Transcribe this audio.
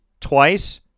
twice